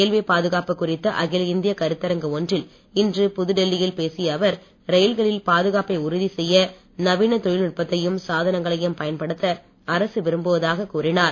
railway பாதுகாப்பு குறித்த அகில இந்திய கருந்தரங்கு ஒன்றில் இன்று புதுடெல்லியில் பேசிய அவர் ரயில்களில் பாதுகாப்பை உறுதி செய்ய நவீன தொழல் நுட்பத்தையும் சாதனங்களையும் பயன்படுத்த அரசு விரும்புவதாக கூறினார்